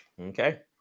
Okay